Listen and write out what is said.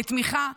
לתמיכה,